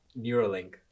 Neuralink